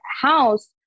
house